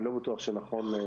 אני לא בטוח שזה נכון.